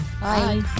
Bye